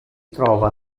trova